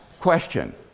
question